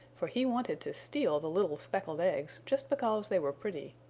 for he wanted to steal the little speckled eggs just because they were pretty.